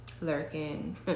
lurking